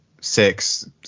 six